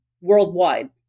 worldwide